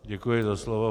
Děkuji za slovo.